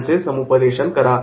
त्यांचे समुपदेशन करा